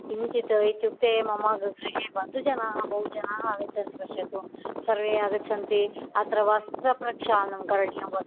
किञ्चित् इत्युक्ते मम गृहे बन्दुजनाः बहुजनाः आगच्छन्ति पश्यतु सर्वे आगच्छन्ति अत्र वस्त्रप्रक्षालनं करणीयं